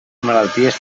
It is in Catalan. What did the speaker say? malalties